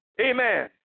amen